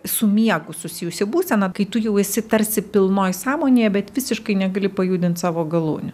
su miegu susijusi būsena kai tu jau esi tarsi pilnoj sąmonėje bet visiškai negali pajudint savo galūnių